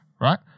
right